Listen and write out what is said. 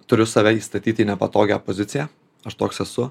turiu save įstatyti į nepatogią poziciją aš toks esu